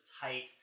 tight